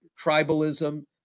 tribalism